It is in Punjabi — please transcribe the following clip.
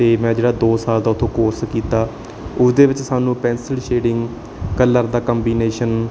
ਅਤੇ ਮੈਂ ਜਿਹੜਾ ਦੋ ਸਾਲ ਦਾ ਉੱਥੋਂ ਕੋਰਸ ਕੀਤਾ ਉਸ ਦੇ ਵਿੱਚ ਸਾਨੂੰ ਪੈਂਸਿਲ ਸ਼ੀਡਿੰਗ ਕਲਰ ਦਾ ਕੰਬੀਨੇਸ਼ਨ